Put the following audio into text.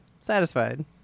satisfied